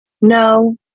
No